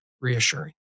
reassuring